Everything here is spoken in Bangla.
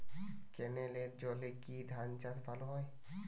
ক্যেনেলের জলে কি ধানচাষ ভালো হয়?